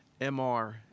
MR